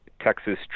texas